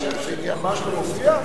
השם שלי ממש לא מופיע?